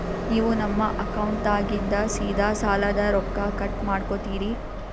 ನೀವು ನಮ್ಮ ಅಕೌಂಟದಾಗಿಂದ ಸೀದಾ ಸಾಲದ ರೊಕ್ಕ ಕಟ್ ಮಾಡ್ಕೋತೀರಿ?